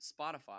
Spotify